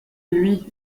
lui